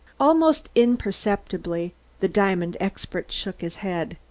almost imperceptibly the diamond expert shook his head.